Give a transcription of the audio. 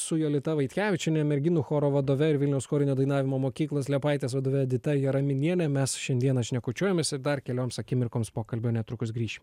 su jolita vaitkevičiene merginų choro vadove ir vilniaus chorinio dainavimo mokyklos liepaitės vadove edita jaraminiene mes šiandieną šnekučiuojamės ir dar kelioms akimirkoms pokalbio netrukus grįšim